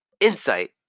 insight